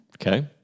Okay